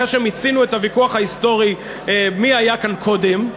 אחרי שמיצינו את הוויכוח ההיסטורי מי היה כאן קודם,